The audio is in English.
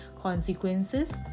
consequences